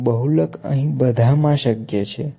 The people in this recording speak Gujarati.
તો બહુલક અહી બધામાં શક્ય છે